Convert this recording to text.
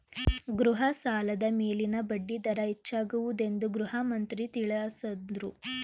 ಗೃಹ ಸಾಲದ ಮೇಲಿನ ಬಡ್ಡಿ ದರ ಹೆಚ್ಚಾಗುವುದೆಂದು ಗೃಹಮಂತ್ರಿ ತಿಳಸದ್ರು